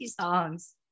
songs